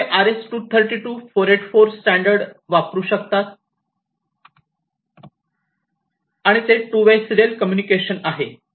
ते दोघे RS 232484 standard वापरू शकते आणि ते टू वे सिरीयल कम्युनिकेशन आहे